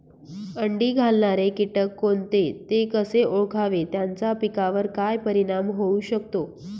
अंडी घालणारे किटक कोणते, ते कसे ओळखावे त्याचा पिकावर काय परिणाम होऊ शकतो?